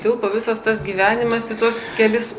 tilpo visas tas gyvenimas į tuos kelis